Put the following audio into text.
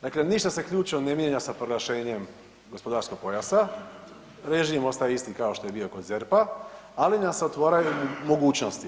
Dakle ništa se ključno ne mijenja s proglašenjem gospodarskog pojasa, režim ostaje isti kao što je bio kod ZERP-a, ali nam se otvaraju mogućnosti.